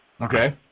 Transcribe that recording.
Okay